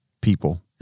people